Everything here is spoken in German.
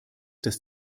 dass